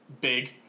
big